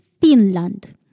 Finland